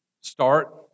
start